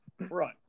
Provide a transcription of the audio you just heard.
Right